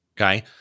Okay